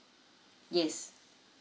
yes